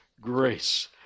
grace